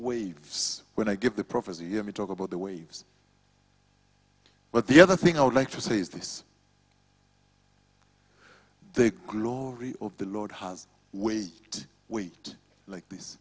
waves when i give the prophecy hear me talk about the waves but the other thing i would like to say is this the glory of the lord has wait wait like th